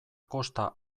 kosta